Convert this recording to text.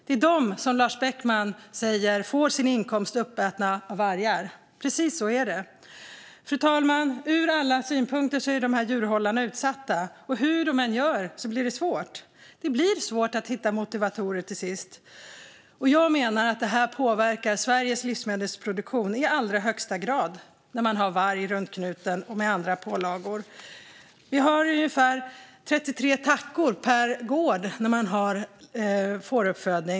Det är de som, som Lars Beckman säger, får sina inkomster uppätna av vargar. Precis så är det. Fru talman! Ur alla synpunkter är dessa djurhållare utsatta. Hur de än gör blir det svårt. Det blir svårt att hitta motivatorer till sist. Jag menar att Sveriges livsmedelsproduktion påverkas i allra högsta grad av att man har varg runt knuten och andra pålagor. Vid fåruppfödning har man ungefär 33 tackor per gård.